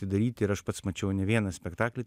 atidaryti ir aš pats mačiau ne vieną spektaklį